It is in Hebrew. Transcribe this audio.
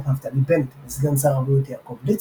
נפתלי בנט ולסגן שר הבריאות יעקב ליצמן,